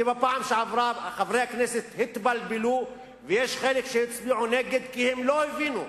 כי בפעם שעברה חברי הכנסת התבלבלו ויש חלק שהצביעו נגד כי הם לא הבינו.